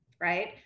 right